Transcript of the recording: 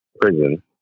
prison